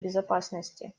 безопасности